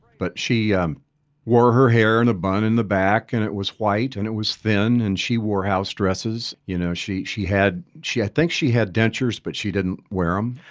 but she um wore her hair in a bun in the back and it was white and it was thin. and she wore house dresses. you know, she she had she i think she had dentures, but she didn't wear um